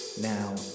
Now